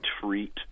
treat